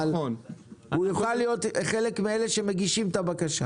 אבל הוא יוכל להיות חלק מאלה שמגישים את הבקשה.